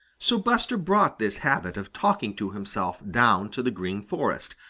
so buster brought this habit of talking to himself down to the green forest,